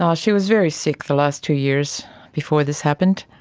um she was very sick the last two years before this happened.